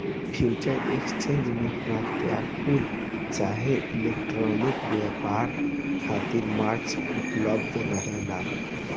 future exchange में प्रत्यकछ चाहे इलेक्ट्रॉनिक व्यापार खातिर मंच उपलब्ध रहेला